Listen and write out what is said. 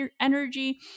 energy